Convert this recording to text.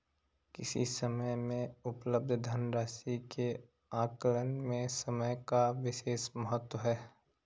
किसी समय में उपलब्ध धन राशि के आकलन में समय का विशेष महत्व है